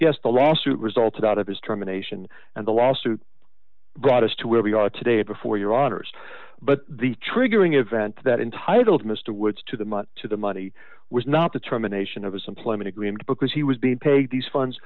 yes the lawsuit resulted out of his term a nation and the lawsuit brought us to where we are today before your honor's but the triggering event that entitled mr wood's to the money to the money was not determination of his employment agreement because he was being paid these funds